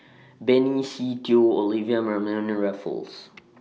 Benny Se Teo Olivia Mariamne and Raffles